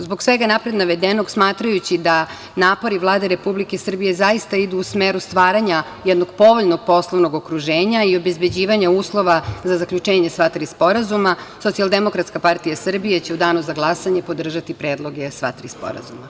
Zbog svega napred navedenog, smatrajući da napori Vlade Republike Srbije zaista idu u smeru stvaranja jednog povoljnog poslovnog okruženja i obezbeđivanja uslova za zaključenje sva tri sporazum, SDPS će u danu za glasanje podržati predloge sva tri sporazuma.